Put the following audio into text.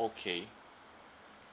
okay